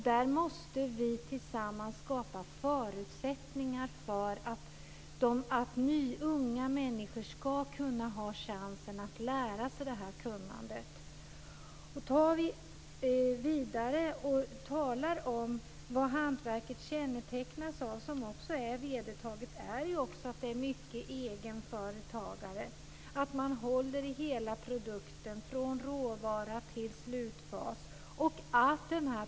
Där måste vi tillsammans skapa förutsättningar för att unga människor ska få chansen att lära sig detta och få det kunnandet. Det som hantverket kännetecknas av är många egenföretagare. Det är ju vedertaget. De håller i hela produkten från råvara till slutfas.